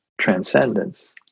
transcendence